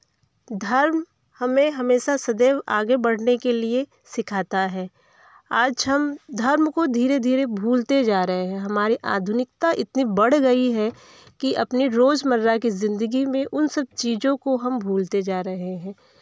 धर्म हमें हमेशा सदैव आगे बढ़ने के लिए सिखाता है आज हम धर्म को धीरे धीरे भूलते जा रहे हैं हमारी आधुनिकता इतनी बढ़ गई है कि अपनी रोज़मर्रा कि ज़िंदगी में उन सब चीज़ों को हम भूलते जा रहे हैं